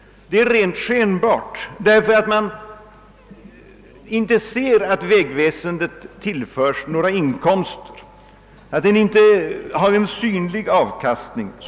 Det förefaller rent skenbart vara så, eftersom man inte direkt kan se att vägväsendet tillförs några inkomster, någon synlig avkastning.